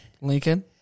Lincoln